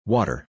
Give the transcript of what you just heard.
Water